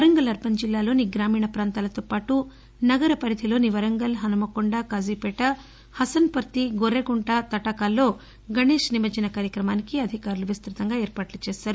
Warangal urban జిల్లాలోని గ్రామీణ ప్రాంతాలతో పాటు నగర పరిధిలోని వరంగల్ హన్మకొండ కాజీపేట హసన్పర్తి గొరెకుంట తటాకాల్లో గణేష్ నిమజ్షన కార్యక్రమానికి అధికారులు విస్తృత ఏర్పాట్లు చేశారు